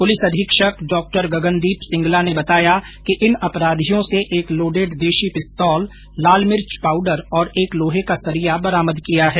police अधीक्षक Dr Gagandeep Singla ने बताया कि इन अपराधियों से एक लौडेड देशी पिस्तोल लालमिर्च पाउडर और एक लोहे का सरिया बरामद किया है